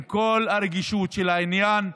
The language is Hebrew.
עם כל הרגישות של העניין.